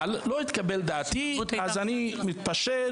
אבל לא התקבלה דעתי אז אני מתפשר.